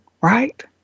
right